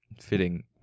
fitting